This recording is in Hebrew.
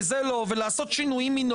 אבל אני שומעת שזה המצב.